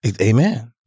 Amen